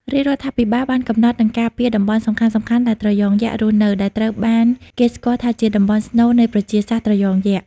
រាជរដ្ឋាភិបាលបានកំណត់ និងការពារតំបន់សំខាន់ៗដែលត្រយងយក្សរស់នៅ ដែលត្រូវបានគេស្គាល់ថាជាតំបន់ស្នូលនៃប្រជាសាស្ត្រត្រយងយក្ស។